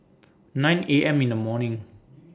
nine A M in The morning